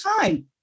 time